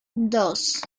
dos